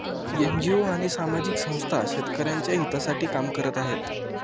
NGO आणि सामाजिक संस्था शेतकऱ्यांच्या हितासाठी काम करत आहेत